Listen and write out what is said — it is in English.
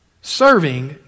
Serving